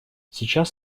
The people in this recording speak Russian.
сейчас